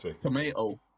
Tomato